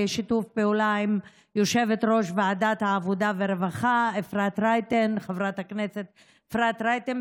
בשיתוף פעולה עם יושבת-ראש ועדת העבודה והרווחה חברת הכנסת אפרת רייטן,